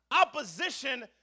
opposition